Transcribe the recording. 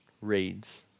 reads